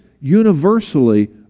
universally